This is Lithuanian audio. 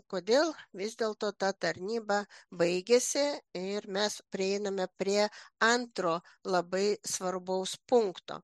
kodėl vis dėlto ta tarnyba baigėsi ir mes prieiname prie antro labai svarbaus punkto